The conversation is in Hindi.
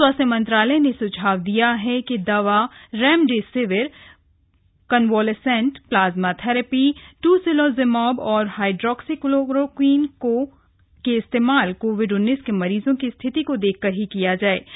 स्वास्थ्य मंत्रालय ने सुझाव दिया है कि दवा remdesivir convalescent plasma therapy tocilizumab तथा हाइड्रोक्सी क्लोरोक्वीन का इस्तेमाल कोविड के मरीजों की स्थिति देखकर ही किया जाना चाहिए